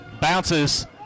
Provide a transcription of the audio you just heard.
bounces